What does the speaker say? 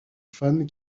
fans